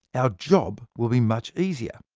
our job will be much easier.